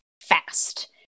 fast